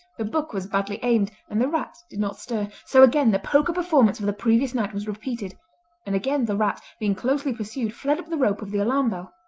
the book was badly aimed and the rat did not stir, so again the poker performance of the previous night was repeated and again the rat, being closely pursued fled up the rope of the alarm bell.